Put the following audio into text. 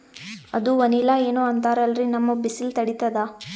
ಅದು ವನಿಲಾ ಏನೋ ಅಂತಾರಲ್ರೀ, ನಮ್ ಬಿಸಿಲ ತಡೀತದಾ?